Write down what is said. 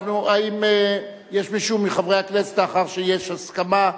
האם יש מישהו מחברי הכנסת, לאחר שיש הסכמה,